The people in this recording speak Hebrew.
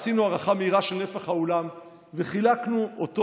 עשינו הערכה מהירה של נפח האולם וחילקנו אותו